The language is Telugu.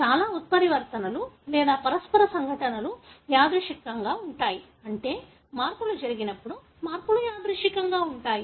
చాలా ఉత్పరివర్తనలు లేదా పరస్పర సంఘటనలు యాదృచ్ఛికంగా ఉంటాయి అంటే మార్పులు జరిగినప్పుడు మార్పులు యాదృచ్ఛికంగా ఉంటాయి